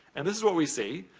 and this is what we see.